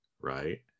right